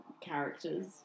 characters